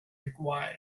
required